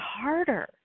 harder